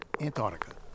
Antarctica